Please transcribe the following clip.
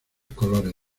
colores